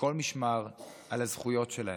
מכל משמר על הזכויות שלהם.